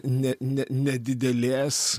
ne ne nedidelės